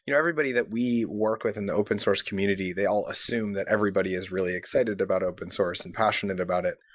you know everybody that we work with in the open source community, they all assume that everybody is really excited about open-source and passionate about it,